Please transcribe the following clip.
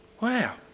Wow